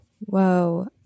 Whoa